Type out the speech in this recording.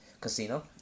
casino